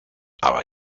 aber